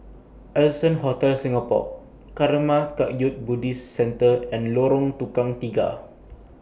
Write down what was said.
Allson Hotel Singapore Karma Kagyud Buddhist Centre and Lorong Tukang Tiga